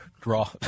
draw